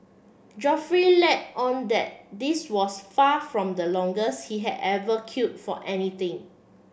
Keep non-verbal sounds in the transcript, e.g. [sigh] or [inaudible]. Geoffrey let on that this was far from the longest he had ever [unintelligible] for anything